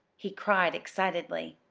he cried excitedly.